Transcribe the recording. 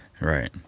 Right